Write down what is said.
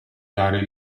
dare